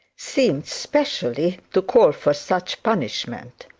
seemed specially to call for such punishment.